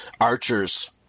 archers